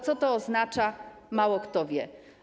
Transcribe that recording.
Co to oznacza, mało kto wie.